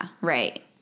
Right